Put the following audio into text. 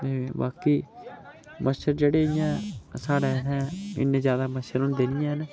बाकी मच्छर जेह्ड़े इ'यां साढ़ै इन्ने ज्यादा मच्छर होंदे नी हैन